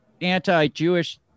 anti-Jewish